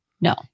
No